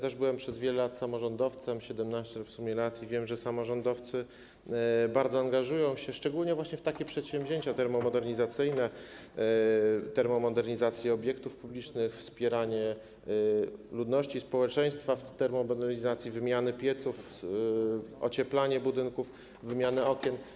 Też byłem przez wiele lat samorządowcem, w sumie 17 lat, i wiem, że samorządowcy bardzo angażują się szczególnie właśnie w przedsięwzięcia termomodernizacyjne: termomodernizację obiektów publicznych, wspieranie ludności, społeczeństwa, jeśli chodzi o termomodernizację, wymianę pieców, ocieplanie budynków, wymianę okien.